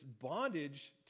bondage